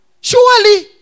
Surely